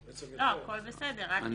לא, הכול בסדר, רק אם אתם יודעים לעמוד בזה.